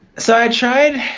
so i tried